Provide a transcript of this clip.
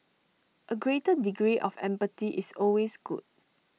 A greater degree of empathy is always good